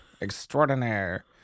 Extraordinaire